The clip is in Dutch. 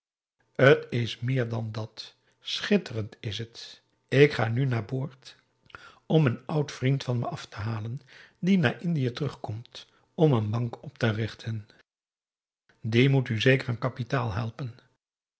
t is meer dan dàt schitterend is het ik ga nu naar boord om een oud vriend van me af te halen die naar indië terugkomt om een bank op te richten die moet u zeker aan kapitaal helpen